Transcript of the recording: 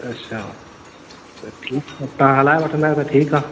अच्छा त ठीकु आहे तव्हां हलाए वठंदा आहियो त ठीकु आहे